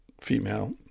female